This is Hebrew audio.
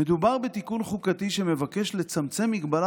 "מדובר בתיקון חוקתי שמבקש לצמצם מגבלה